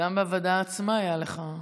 גם בוועדה עצמה היה לך,